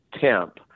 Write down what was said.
temp